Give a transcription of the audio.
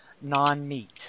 non-meat